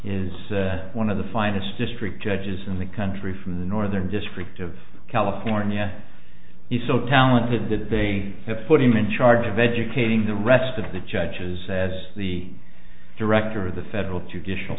is one of the finest district judges in the country from the northern district of california he's so talented that they have put him in charge of educating the rest of the judges as the director of the federal